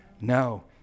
no